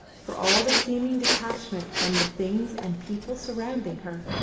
for all the seeming detachment from the things and people surrounding her,